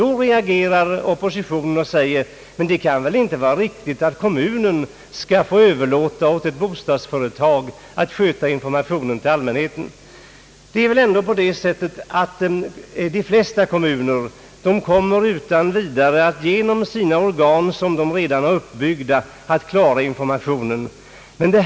Då reagerar oppositionen och säger att det väl inte kan vara riktigt att kommunen skall få överlåta åt ett bostadsföretag att sköta informationen till allmänheten. De flesta kommuner kommer väl att utan vidare klara informationen genom de organ som redan finns.